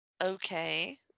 Okay